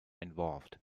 involved